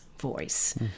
voice